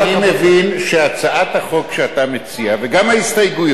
אני מבין שהצעת החוק שאתה מציע, וגם ההסתייגויות,